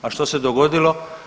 A što se dogodilo?